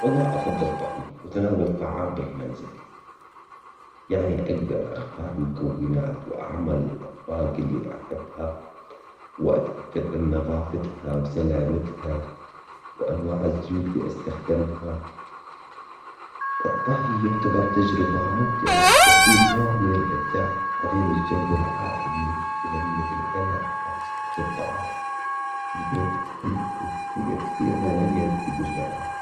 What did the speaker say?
والله افضل طهي وتناول الطعام بالمنزل. يعني اقدر اختار مكونات واعمل اطباق اللي احبها. واتأكد من نظافتها وسلامتها. وانواع الزيوت اللي استخدمها. الطهي يعتبر تجربة ممتعة فيه نوع من الابداع بعدين الجو العائلي ولمة العيلة على فكرة الطعام. في البيت حلو وكثير كثير مميز في المجتمعات